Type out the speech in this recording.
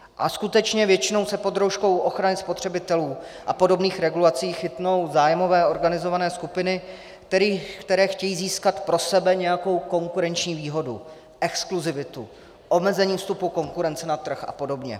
A skutečně, většinou se pod rouškou ochrany spotřebitelů a podobných regulací chytnou zájmové organizované skupiny, které chtějí získat pro sebe nějakou konkurenční výhodu, exkluzivitu, omezení vstupu konkurence na trh a podobně.